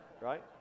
right